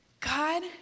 God